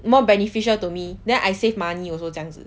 more beneficial to me then I save money also 这样子